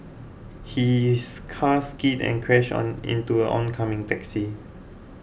his car skidded and crashed on into an oncoming taxi